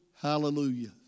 hallelujah